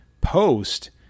post